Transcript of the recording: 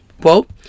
quote